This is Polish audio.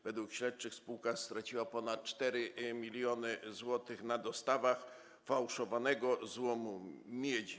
Według śledczych spółka straciła ponad 4 mln zł na dostawach fałszowanego złomu miedzi.